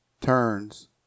turns